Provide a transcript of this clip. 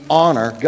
honor